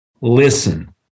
listen